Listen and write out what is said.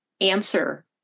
answer